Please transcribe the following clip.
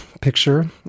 picture